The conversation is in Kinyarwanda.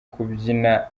kubyina